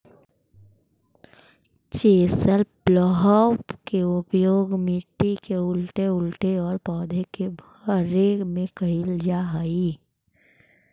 chisel plough के उपयोग मट्टी के उलऽटे पलऽटे औउर पौधा के भरे में कईल जा हई